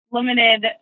limited